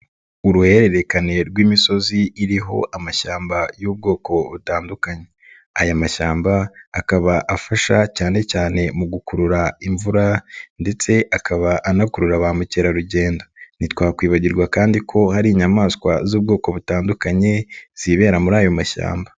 Uruhererekane rw'imisozi iriho amashyamba y'ubwoko butandukanye. Aya mashyamba akaba afasha cyane cyane mu gukurura imvura ndetse akaba anakurura ba mukerarugendo. Ntitwakwibagirwa kandi ko hari inyamaswa z'ubwoko butandukanye, zibera muri ayo mashyamba.